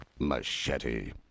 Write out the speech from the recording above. machete